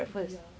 d~ ya